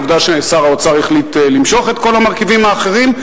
עובדה ששר האוצר החליט למשוך את כל המרכיבים האחרים,